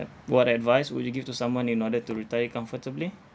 yup what advice would you give to someone in order to retire comfortably